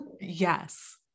yes